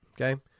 Okay